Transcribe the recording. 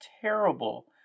terrible